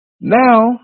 Now